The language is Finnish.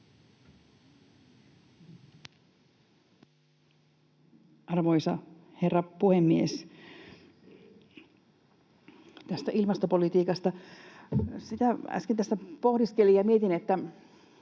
Arvoisa herra puhemies! Tästä ilmastopolitiikasta. Sitä äsken tässä pohdiskelin ja mietin, että